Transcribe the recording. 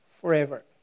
forever